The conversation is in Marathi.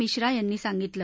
मिश्रा यांनी सांगितलं